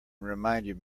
reminded